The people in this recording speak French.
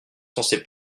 censé